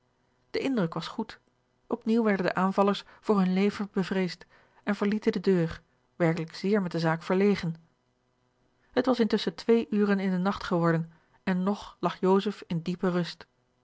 de indruk was goed op nieuw werden de aanvallers voor hun leven bevreesd en verlieten de deur werkelijk zeer met de zaak verlegen het was intusschen twee uren in den nacht geworden en nog lag joseph in diepe rust